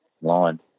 line